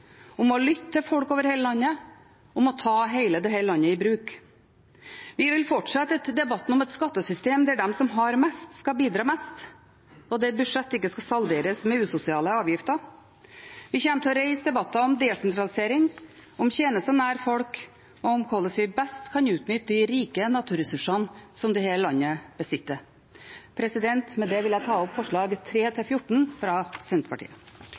om å lytte til folk over hele landet, og om å ta hele dette landet i bruk. Vi vil fortsette debatten om et skattesystem der de som har mest, skal bidra mest, og der budsjett ikke skal salderes med usosiale avgifter. Vi kommer til å reise debatter om desentralisering, om tjenester nær folk og om hvordan vi best kan utnytte de rike naturressursene som dette landet besitter. Med det vil jeg ta opp forslagene nr. 3–14, fra Senterpartiet.